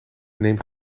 neem